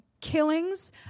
killings